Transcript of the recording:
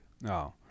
no